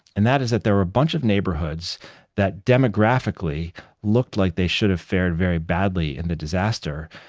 and that is that there were a bunch of neighborhoods that demographically looked like they should have fared very badly in the disaster,